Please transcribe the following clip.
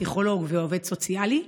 פסיכולוג ועובד סוציאלי?